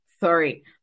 sorry